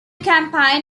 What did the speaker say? campaign